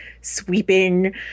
sweeping